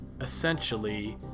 essentially